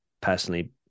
Personally